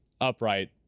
upright